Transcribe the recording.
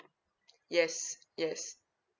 yes yes